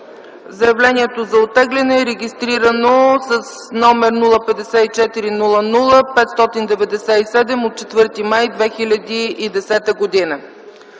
Заявлението за оттегляне е регистрирано с № 054-00-597 от 4 май 2010 г.